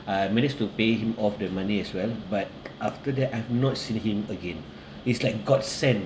I manage to pay him off the money as well but after that I've not seen him again he's like a godsend